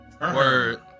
Word